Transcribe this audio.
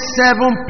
seven